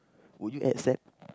would you act sad